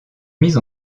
mise